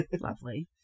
Lovely